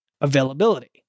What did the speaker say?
availability